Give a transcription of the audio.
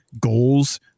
goals